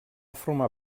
formar